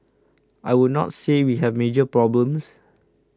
I would not say we have major problems